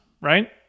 right